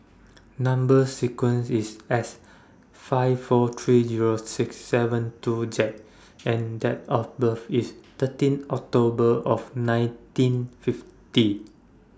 Number sequence IS S five four three Zero six seven two Z and Date of birth IS thirteen October of nineteen fifty